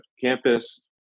campus